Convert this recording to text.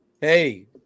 hey